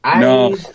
No